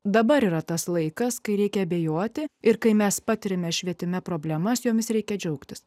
dabar yra tas laikas kai reikia abejoti ir kai mes patiriame švietime problemas jomis reikia džiaugtis